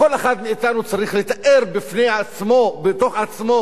כל אחד מאתנו צריך לתאר בפני עצמו, בתוך עצמו,